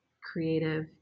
creative